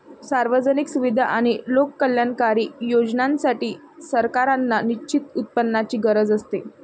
सार्वजनिक सुविधा आणि लोककल्याणकारी योजनांसाठी, सरकारांना निश्चित उत्पन्नाची गरज असते